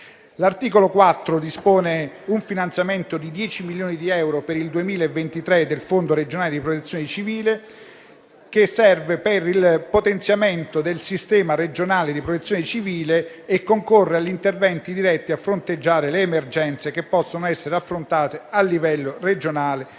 L'articolo 4 dispone un finanziamento di 10 milioni di euro per il 2023 del fondo regionale di protezione civile, che serve per il potenziamento del sistema regionale di protezione civile e concorre agli interventi diretti a fronteggiare le emergenze che possono essere affrontate a livello regionale